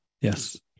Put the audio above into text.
Yes